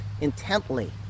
intently